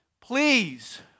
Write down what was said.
Please